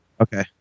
Okay